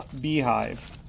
Beehive